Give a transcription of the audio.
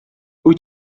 wyt